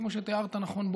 כמו שתיארת נכון,